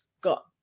got